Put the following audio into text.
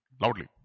loudly